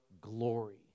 glory